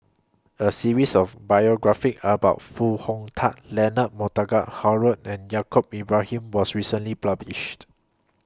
A series of biographies about Foo Hong Tatt Leonard Montague Harrod and Yaacob Ibrahim was recently published